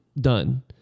Done